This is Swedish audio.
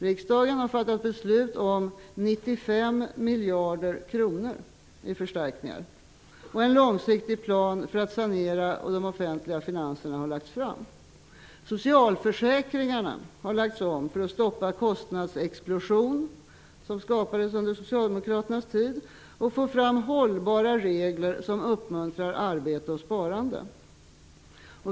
Riksdagen har fattat beslut om 95 miljarder kronor i förstärkningar, och en långsiktig plan för att sanera de offentliga finanserna har lagts fram. Socialförsäkringarna har lagts om för att stoppa kostnadsexplosionen, som skapades under Socialdemokraternas tid, och för att få fram hållbara regler som uppmuntrar arbete och sparande.